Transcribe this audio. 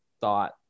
thought